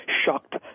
shocked